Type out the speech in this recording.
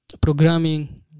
programming